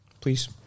please